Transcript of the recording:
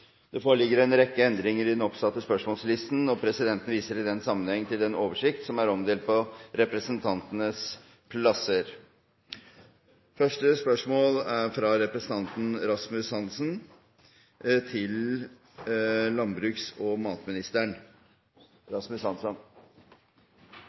Det foreligger en rekke endringer i den oppsatte spørsmålslisten, og presidenten viser i den sammenheng til den oversikt som er omdelt på representantenes plasser. De foreslåtte endringene i dagens spørretime foreslås godkjent. – Det anses vedtatt. Endringene var som følger: Spørsmål 1, fra representanten Rasmus